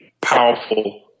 powerful